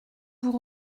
vous